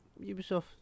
Ubisoft